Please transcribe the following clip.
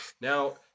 Now